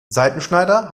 seitenschneider